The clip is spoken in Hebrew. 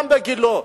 גם בגילה.